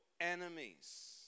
enemies